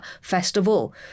festival